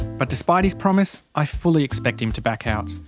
but despite his promise, i fully expect him to back out.